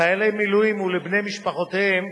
לחיילי מילואים ולבני משפחותיהם,